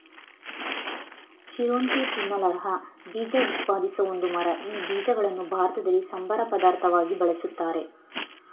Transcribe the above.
ಚಿರೋಂಜಿ ತಿನ್ನಲರ್ಹ ಬೀಜ ಉತ್ಪಾದಿಸೋ ಒಂದು ಮರ ಈ ಬೀಜಗಳನ್ನು ಭಾರತದಲ್ಲಿ ಸಂಬಾರ ಪದಾರ್ಥವಾಗಿ ಬಳುಸ್ತಾರೆ